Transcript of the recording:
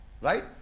right